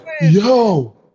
Yo